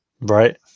Right